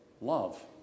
love